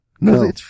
No